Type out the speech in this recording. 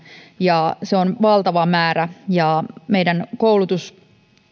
ja se on valtava määrä meidän